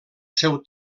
seu